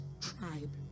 tribe